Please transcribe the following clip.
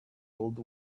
old